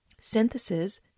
Synthesis